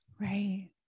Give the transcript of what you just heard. Right